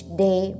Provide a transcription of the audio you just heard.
day